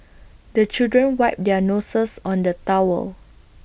the children wipe their noses on the towel